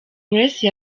grace